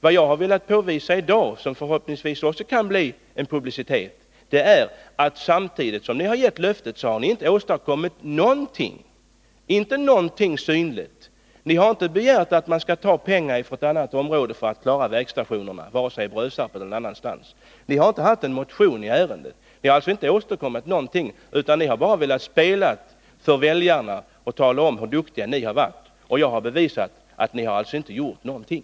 Vad jag har velat påvisa i dag, vilket det förhoppningsvis också kan bli publicitet omkring, är att trots att ni har givit ett löfte har ni inte åstadkommit någonting synligt. Ni har inte begärt att man skall ta pengar från ett annat område för att klara vägstationerna, varken i Brösarp eller någon annanstans. Ni har inte väckt någon motion i ärendet. Ni har bara velat spela för väljarna och tala om hur duktiga ni har varit, och jag har bevisat att ni inte har gjort någonting.